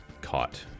caught